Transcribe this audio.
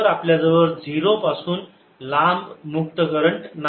तर आपल्याजवळ 0 पासून लांब मुक्त करंट नाही